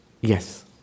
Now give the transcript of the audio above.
Yes